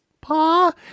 Pa